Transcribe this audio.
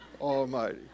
Almighty